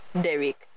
derek